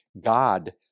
God